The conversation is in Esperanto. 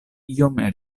iom